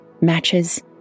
matches